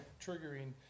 triggering